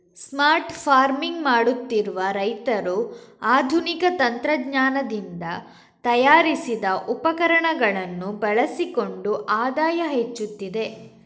smart farming ಮಾಡುತ್ತಿರುವ ರೈತರು ಆಧುನಿಕ ತಂತ್ರಜ್ಞಾನದಿಂದ ತಯಾರಿಸಿದ ಉಪಕರಣಗಳನ್ನು ಬಳಸಿಕೊಂಡು ಆದಾಯ ಹೆಚ್ಚುತ್ತಿದೆ